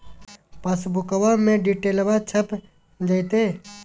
पासबुका में डिटेल्बा छप जयते?